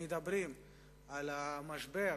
מדברים על המשבר,